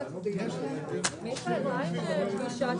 הישיבה ננעלה בשעה